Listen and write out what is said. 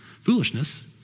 Foolishness